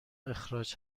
اخراج